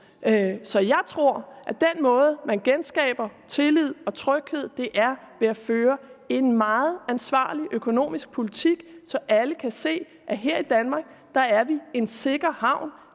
Jeg tror, at den måde, man genskaber tillid og tryghed på, er ved at føre en meget ansvarlig økonomisk politik, så alle kan se, at Danmark er en sikker havn.